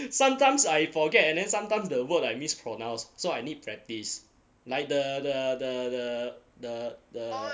sometimes I forget and then sometimes the word like mispronounced so I need practice like the the the the the the